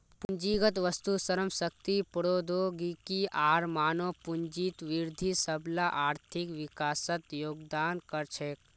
पूंजीगत वस्तु, श्रम शक्ति, प्रौद्योगिकी आर मानव पूंजीत वृद्धि सबला आर्थिक विकासत योगदान कर छेक